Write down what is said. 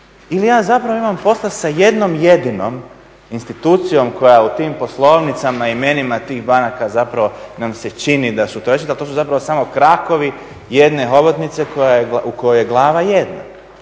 ili ja zapravo imam posla sa jednom jedinom institucijom koja u tim poslovnicama i imenima tih banaka zapravo nam se čini da su to različiti, a to su zapravo samo krakovi jedne hobotnice u kojoj je glava jedna.